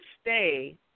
stay